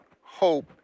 Hope